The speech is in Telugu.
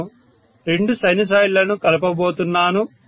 నేను రెండు సైనోసాయిడ్లను కలుపుతున్నాను